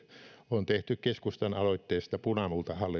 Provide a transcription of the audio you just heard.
on tehty keskustan aloitteesta punamultahallituksissa täällä on